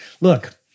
Look